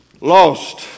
Lost